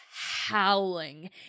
howling